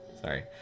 Sorry